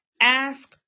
Ask